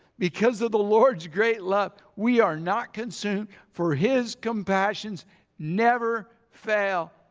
because of the lord's great love we are not consumed. for his compassions never fail.